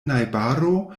najbaro